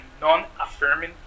non-affirming